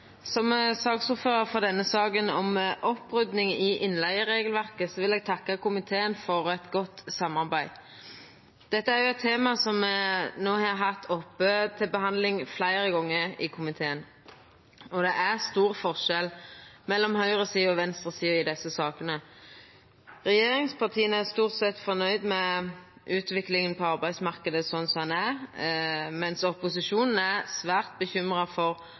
Som ordførar for denne saka om opprydding i innleigeregelverket vil eg takka komiteen for eit godt samarbeid. Dette er eit tema me har hatt oppe til behandling fleire gonger i komiteen, og det er stor forskjell mellom høgresida og venstresida i desse sakene. Regjeringspartia er stort sett fornøgde med utviklinga på arbeidsmarknaden, medan opposisjonen er svært bekymra for